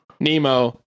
Nemo